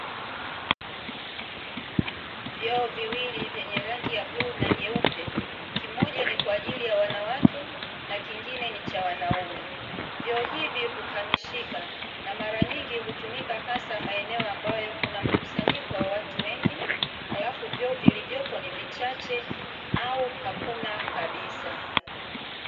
Vyoo viwili vyenye rangi ya bluu na nyeupe; kimoja ni kwa ajili ya wanawake, kingine ni cha wanaume. Vyoo hivi huhamishika, na mara nyingi hutumika hasa maeneo ambayo kuna mkusanyiko wa watu wengi, halafu vyoo ni vichahce au hakuna kabisa.